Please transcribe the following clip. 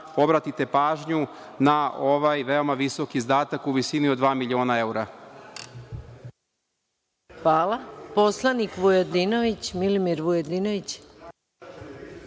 obratite pažnju na ovaj veoma visoki izdatak u visini od dva miliona evra.